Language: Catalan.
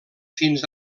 fins